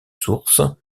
sources